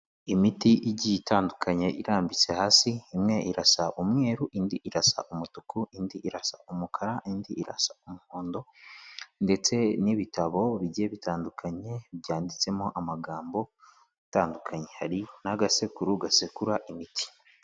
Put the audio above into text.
Imiti igiye itandukanye irambitse hasi, imwe irasa umweru, indi irasa umutuku, indi irasa umukara, indi irasa umuhondo ndetse n'ibitabo bigiye bitandukanye byanditsemo amagambo atandukanye, hari n'agasekuru gasekura imiti.